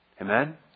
Amen